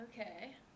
Okay